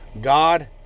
God